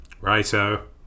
Righto